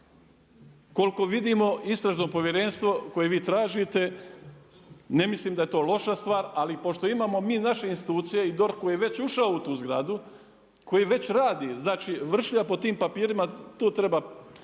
Koliko vidimo, istražno povjerenstvo koje vi tražite, ne mislim da je to loša stvar ali pošto imamo mi naše institucije i DORH koji je već ušao u tu zgradu, koji već radi, znači vršlja po tim papirima, to treba